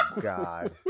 God